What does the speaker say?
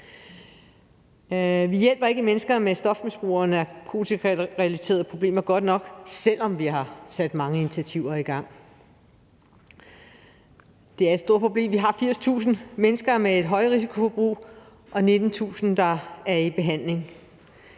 Vi hjælper ikke mennesker med et stofmisbrug og narkotikarelaterede problemer godt nok, selv om vi har sat mange initiativer i gang. Det er et stort problem. Vi har 80.000 mennesker med et højrisikoforbrug og 19.000, der er i behandling.